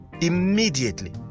immediately